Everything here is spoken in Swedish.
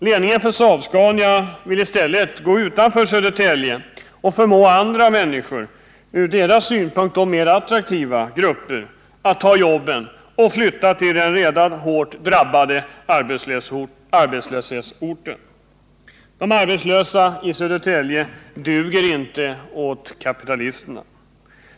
Ledningen för Saab-Scania vill i stället gå utanför Södertälje och förmå andra, från deras synpunkt mer attraktiva, grupper att ta jobben och flytta till den redan hårt drabbade arbetslöshetsorten. De arbetslösa i Södertälje ”duger” inte åt kapitalisterna.